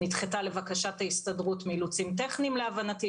שנדחתה לבקשת ההסתדרות בשל אילוצים טכניים להבנתי.